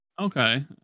Okay